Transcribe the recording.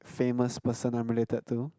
famous person I'm related to